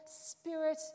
spirit